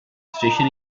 station